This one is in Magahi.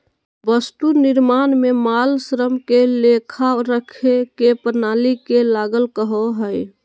वस्तु निर्माण में माल, श्रम के लेखा रखे के प्रणाली के लागत कहो हइ